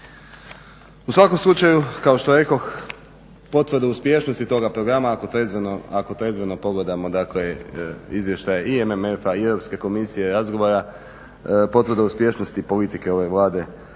U svakom slučaju, kao što rekoh, potvrda uspješnosti toga programa ako trezveno pogledamo izvještaj i MMF-a i Europske komisije, razgovora, potvrda o uspješnosti politike ove Vlade